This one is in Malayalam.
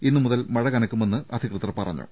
ഇന്നുമുതൽ മഴ കനക്കുമെന്ന് അധികൃതർ അറിയിച്ചു